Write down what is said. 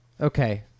Okay